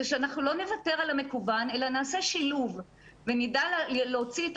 זה שאנחנו לא נוותר על המקוון אלא נעשה שילוב ונדע להוציא את